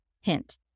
Hint